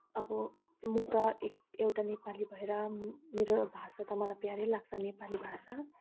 अब म त एउटा नेपाली भएर मेरो भाषा त मलाई प्यारै लाग्छ नेपाली भाषा